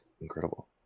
incredible